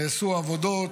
נעשו עבודות,